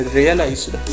realized